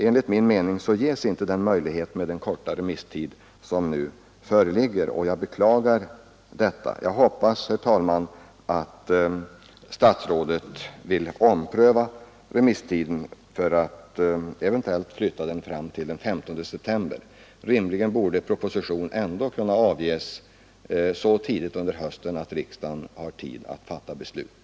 Enligt min mening ges inte den möjligheten nu med den korta remisstid som föreligger och jag beklagar detta. Jag hoppas alltså herr talman, att statsrådet Carlsson vill ompröva remisstidens längd och eventuellt flytta fram sista dagen till den 15 september. Rimligen borde den ifrågasatta propositionen ändå kunna avges så tidigt under hösten att riksdagen då hinner fatta beslut.